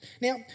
Now